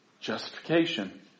Justification